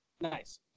Nice